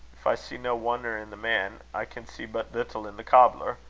if i see no wonder in the man, i can see but little in the cobbler.